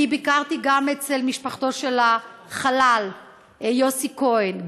אני ביקרתי גם אצל משפחתו של החלל יוסי כהן,